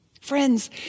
Friends